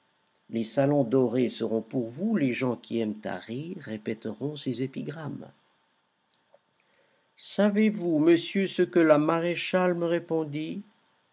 les salons dorés seront pour vous les gens qui aiment à rire répéteront ses épigrammes savez-vous monsieur ce que la maréchale me répondit